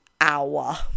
hour